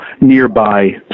nearby